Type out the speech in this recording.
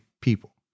people